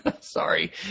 sorry